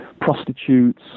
prostitutes